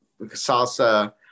salsa